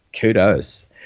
kudos